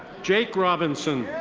jake robinson.